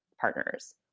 partners